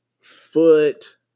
foot